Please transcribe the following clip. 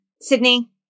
Sydney